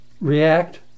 react